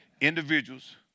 Individuals